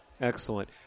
Excellent